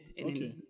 Okay